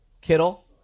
Kittle